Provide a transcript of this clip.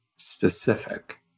specific